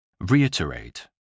Reiterate